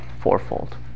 Fourfold